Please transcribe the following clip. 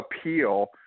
appeal